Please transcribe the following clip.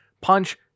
punch